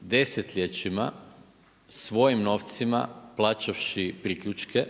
desetljećima svojim novcima plaćavši priključke